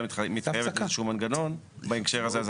מתחייבת לאיזשהו מנגנון בהקשר הזה.